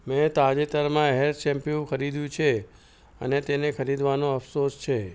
મેં તાજેતરમાં hair shampoo ખરીદ્યું છે અને તેને ખરીદવાનો અફસોસ છે